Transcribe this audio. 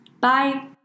Bye